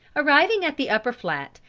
arriving at the upper flat,